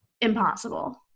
impossible